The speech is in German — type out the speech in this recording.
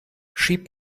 schieb